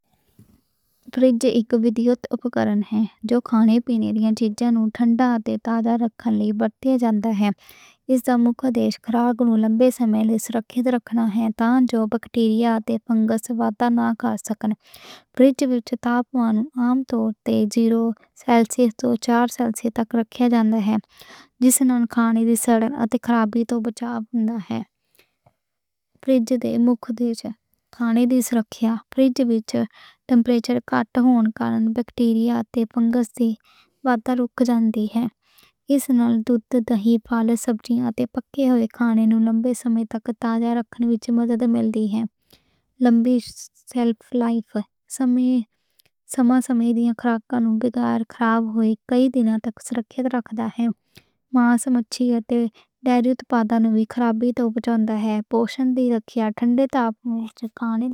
فریج اک وڈا اُپکرن ہے جو کھانے پینے لئی چیزاں نوں ٹھنڈا اتے تازہ رکھن لئی بنایا جاندا ہے۔ اس دا مکھدیش ایہ ہے کہ گھراں وچ کھانا لمے سمے لئی سرکشت رہے تاں جو بیکٹیریا اتے فنگس دی وادھ نہ ہو سکے۔ فریج وچ تاپمان عام طور تے زیرو سیلسیئس توں چار سیلسیئس تک رکھیا جاندا ہے جس نال کھانے دی سڑن اتے خراب ہون توں بچاؤ ہوندا ہے۔ فریج دا مکھدیش کھانے دی سرکشت رکھیا ہے، فریج وچ ٹیمپریچر گھٹ ہون کارن بیکٹیریا اتے فنگس دی وادھ رک جاندی ہے۔ اس نال دودھ، دہی، پالک، سبزیاں اتے پکے ہوئے کھانے نوں لمے سمے تک تازہ رکھن وچ مدد ملدی ہے۔ شیلف لائف ودھدی ہے اتے کئی دن تک سرکشت رکھنا ممکن ہے۔ ماس، مچھلی اتے ڈیری پروڈکٹس وی خرابی توں بچدے ہیں اتے پوشن دی رکھیا ہوندی ہے۔ ٹھنڈے تاپمان وچ کھانا بہتر سرکشت رہندا ہے۔